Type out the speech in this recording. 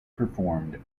performed